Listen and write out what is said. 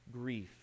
grief